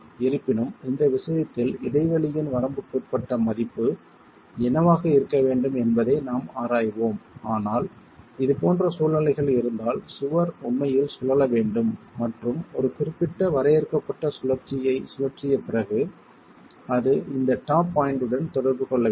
இருப்பினும் இந்த விஷயத்தில் இடைவெளியின் வரம்புக்குட்பட்ட மதிப்பு என்னவாக இருக்க வேண்டும் என்பதை நாம் ஆராய்வோம் ஆனால் இதுபோன்ற சூழ்நிலைகள் இருந்தால் சுவர் உண்மையில் சுழல வேண்டும் மற்றும் ஒரு குறிப்பிட்ட வரையறுக்கப்பட்ட சுழற்சியை சுழற்றிய பிறகு அது இந்த டாப் பாயிண்ட் உடன் தொடர்பு கொள்ள வேண்டும்